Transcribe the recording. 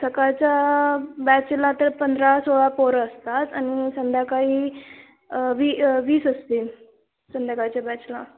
सकाळच्या बॅचला तर पंधरा सोळा पोरं असतात आणि संध्याकाळी वी वीस असतील संध्याकाळच्या बॅचला